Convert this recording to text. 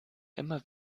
immer